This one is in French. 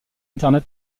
internet